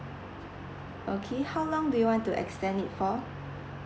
okay how long do you want to extend it for